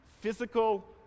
physical